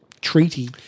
treaty